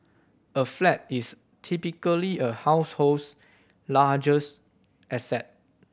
a flat is typically a household's largest asset